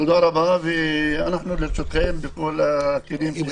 תודה רבה, אנחנו לרשותכם בכל הכלים שיש לנו.